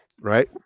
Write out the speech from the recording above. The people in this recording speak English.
right